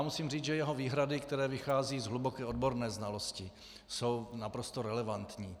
Musím říct, že jeho výhrady, které vycházejí z hluboké odborné znalosti, jsou naprosto relevantní.